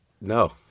No